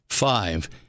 Five